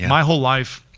my whole life,